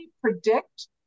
predict